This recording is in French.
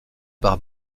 par